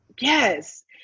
yes